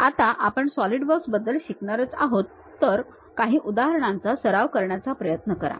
आता आपण सॉलिडवर्क्सबद्दल शिकणारच आहोत तर काही उदाहरणांचा सराव करण्याचा प्रयत्न करा